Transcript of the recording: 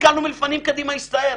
נתקלנו מלפנים קדימה הסתער.